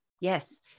Yes